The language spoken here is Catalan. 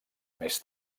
més